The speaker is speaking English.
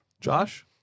Josh